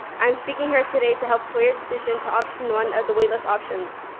i am speaking here today to help sway your decision to option one of the waitlist options.